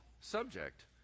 subject